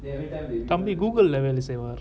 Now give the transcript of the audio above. தம்பி:thambi google தம்பி வேலை செய்வார்:thambi velai seivaar